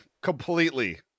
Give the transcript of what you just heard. Completely